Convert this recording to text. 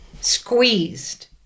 squeezed